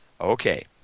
okay